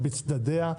בצדדיה?